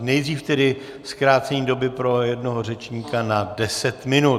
Nejdřív tedy zkrácení doby pro jednoho řečníka na deset minut.